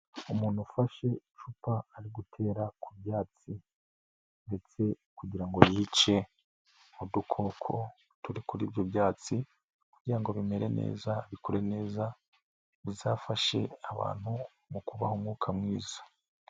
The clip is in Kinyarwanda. Umuntu ufashe icupa ari gutera ku byatsi ndetse kugira ngo yice udukoko turi kuri ibyo byatsi kugira ngo bimere neza, bikure neza, bizafashe abantu mu kubaha umwuka mwiza.